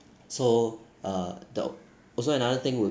so uh the also another thing would